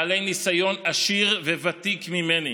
בעלי ניסיון עשיר וותיק ממני